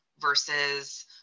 versus